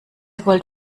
gold